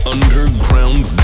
Underground